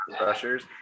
rushers